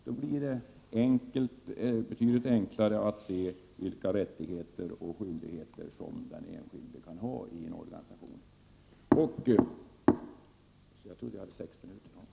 Då blir det betydligt enklare att se vilka rättigheter och skyldigheter den enskilde kan ha i en organisation.